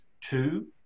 two